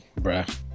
Bruh